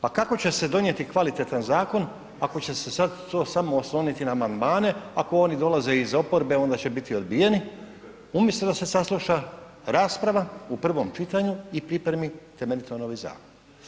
Pa kako će se donijeti kvalitetan zakon ako će se sad to samo osloniti na amandmane ako oni dolaze iz oporbe, onda će biti odbijeni umjesto da se sasluša rasprava u prvom čitanju i pripremiti temeljito novi zakon?